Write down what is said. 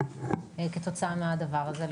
כתוצאה מהדבר הזה.